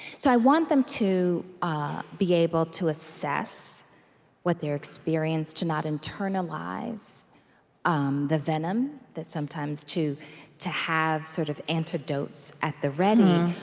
so i want them to ah be able to assess what their experience to not internalize um the venom that sometimes to to have sort of antidotes at the ready,